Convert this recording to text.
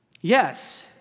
yes